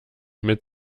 mit